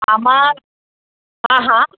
આમાં હા હા